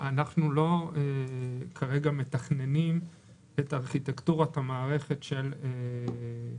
אנחנו לא מתכננים כרגע את ארכיטקטורת מערכת הגבייה.